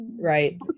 right